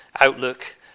outlook